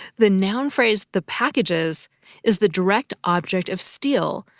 the noun phrase the packages is the direct object of steal,